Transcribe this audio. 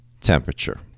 temperature